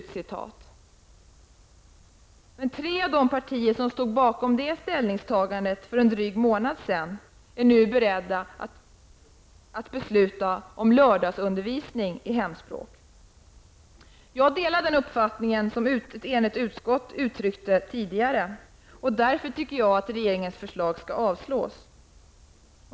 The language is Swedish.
Tre av de partier som för en månad sedan stod bakom detta utställningstagande är nu beredda att besluta om lördagsundervisning i hemspråk. Jag delar den uppfattning som utskottet tidigare uttryckte. Jag tycker därför att regeringens förslag skall avslås.